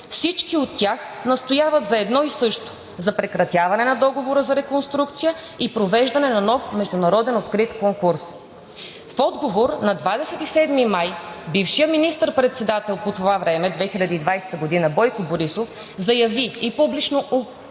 Всички от тях настояват за едно и също – за прекратяване на Договора за реконструкция и провеждане на нов международен открит конкурс. На 27 май 2020 г. бившият министър-председател по това време Бойко Борисов заяви в отговор